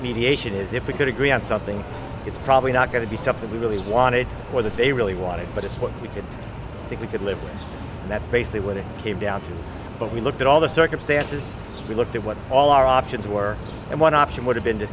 mediation is if we could agree on something it's probably not going to be something we really wanted or that they really wanted but it's what we could think we could live and that's basically what it came down to but we looked at all the circumstances we looked at what all our options were and one option would have been